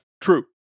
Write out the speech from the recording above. True